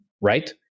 right